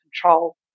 control